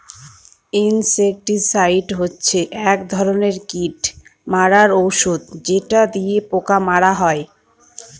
insecticide হচ্ছে এক ধরনের কীট মারার ঔষধ যেটা দিয়ে পোকা মারা হয়